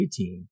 2018